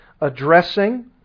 Addressing